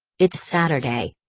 it's saturday.